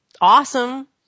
awesome